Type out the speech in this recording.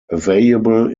available